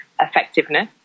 effectiveness